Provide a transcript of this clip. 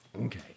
Okay